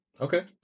Okay